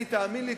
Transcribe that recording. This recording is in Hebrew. תאמין לי,